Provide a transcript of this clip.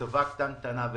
כתבה קטנטנה.